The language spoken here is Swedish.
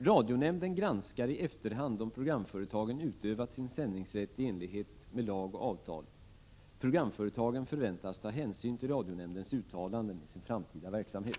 Radionämnden granskar i efterhand om programföretagen utövat sin sändningsrätt i enlighet med lag och avtal. Programföretagen förväntas ta hänsyn till radionämndens uttalande i sin framtida verksamhet.